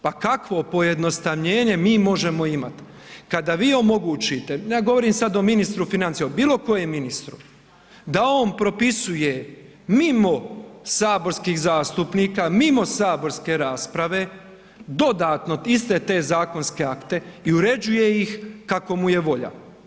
Pa kakvo pojednostavljenje mi možemo imat kada vi omogućite, ne govorim sad o ministru financija, o bilokojem ministru, da on propisuje mimo saborskih zastupnika, mimo saborske rasprave, dodatno iste te zakonske akte i uređuje ih kako mu je volja?